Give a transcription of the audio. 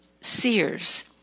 Sears